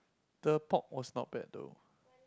the pork was not bad though